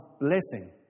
blessing